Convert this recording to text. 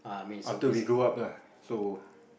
after we grow up lah so